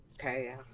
Okay